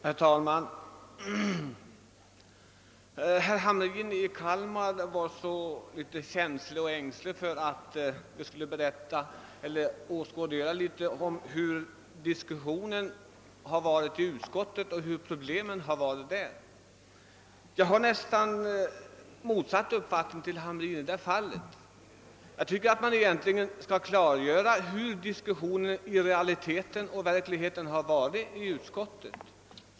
Herr talman! Herr Hamrin i Kalmar var så ytterst ängslig för att något av diskussionen i utskottet skulle redovisas. Jag har faktiskt motsatt uppfattning därvidlag: jag tycker att man skall klargöra hur diskussionen i realiteten har gått inom utskottet.